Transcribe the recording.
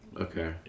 Okay